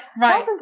right